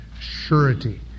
surety